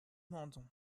mandon